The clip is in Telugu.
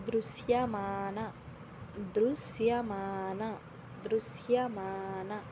దృశ్యమాన దృశ్యమాన దృశ్యమాన